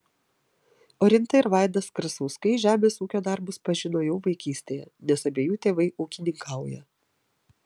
orinta ir vaidas krasauskai žemės ūkio darbus pažino jau vaikystėje nes abiejų tėvai ūkininkauja